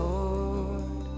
Lord